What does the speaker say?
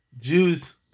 jews